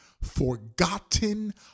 forgotten